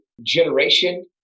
generation